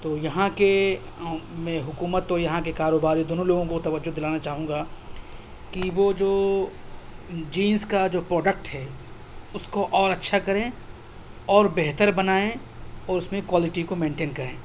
تو یہاں کے میں حکومت تو یہاں کے کاروباری دونوں لوگوں کو توجہ دلانا چاہوں گا کہ وہ جو جینس کا جو پروڈکٹ ہے اُس کو اور اچھّا کریں اور بہتر بنائیں اور اُس میں کوالیٹی کو مینٹین کریں